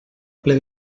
ple